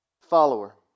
follower